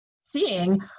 seeing